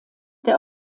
der